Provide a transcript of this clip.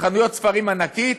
חנויות ספרים ענקית,